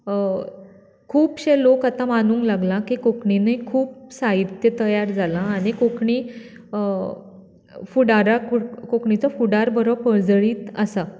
खुबशे लोक आतां मानूंक लागला की कोंकणींतय खूब साहित्य तयार जालां आनी कोंकणी फुडाराक कोंकणीचो फुडार पर्जळीत आसा